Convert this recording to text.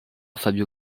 fabio